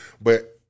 but-